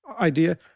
Idea